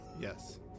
Yes